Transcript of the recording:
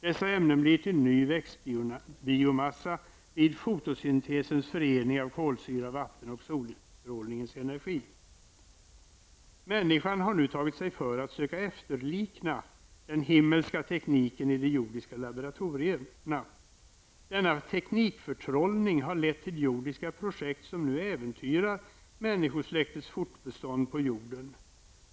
Dessa ämnen blir till ny växtbiomassa vid fotosyntesens förening av kolsyra, vatten och solstrålningens energi -. Människan har nu tagit sig före att söka efterlikna den himmelska tekniken i de jordiska laboratorierna. Denna teknikförtrollning har lett till jordiska projekt, som nu äventyrar människosläktets fortbestånd på jorden.